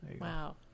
Wow